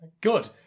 Good